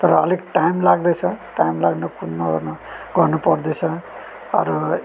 तर अलिक टाइम लाग्दैछ टाइम लाग्न कुद्नओर्न गर्नुपर्दैछ अरू